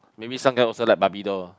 maybe some guy also like barbie doll